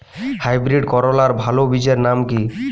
Hybrid করলার ভালো বীজের নাম কি?